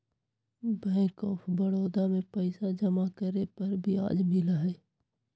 bank of Baroda में पैसा जमा करे पर ब्याज मिला हई